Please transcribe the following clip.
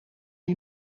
die